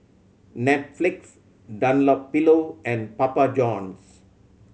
Netflix Dunlopillo and Papa Johns